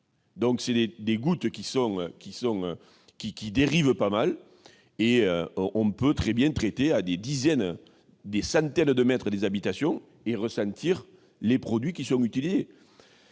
dizaines de microns et qui dérivent pas mal. On peut très bien traiter à des dizaines ou à des centaines de mètres des habitations et ressentir les produits qui sont utilisés.